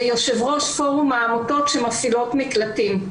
ויושב-ראש פורום העמותות שמפעילות מקלטים.